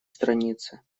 странице